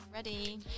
Ready